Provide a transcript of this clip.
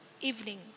evening